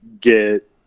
get